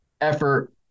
effort